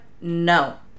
no